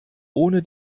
ohne